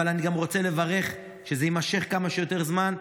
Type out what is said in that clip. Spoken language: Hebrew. אבל אני גם רוצה לברך שזה יימשך כמה שיותר זמן,